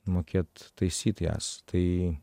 mokėt taisyt jas tai